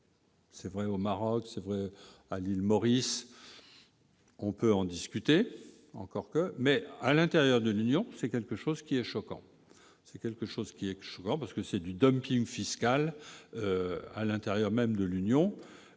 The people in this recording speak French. C'est vrai, au Maroc, c'est vrai à l'île Maurice. On peut en discuter, encore que, mais à l'intérieur de l'Union, c'est quelque chose qui est choquant, c'est quelque chose qui est choquant, parce que c'est du dumping fiscal. à l'intérieur même de l'Union